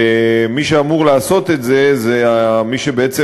ומי שאמור לעשות את זה הוא מי שבעצם